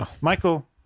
Michael